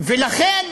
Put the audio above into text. ולכן,